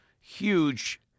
huge